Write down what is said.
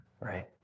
right